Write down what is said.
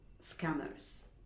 scammers